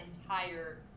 entire